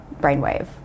brainwave